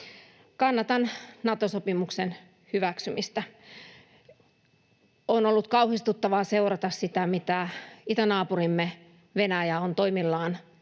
Kannatan Nato-sopimuksen hyväksymistä. On ollut kauhistuttavaa seurata sitä, mitä itänaapurimme Venäjä on toimillaan